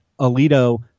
Alito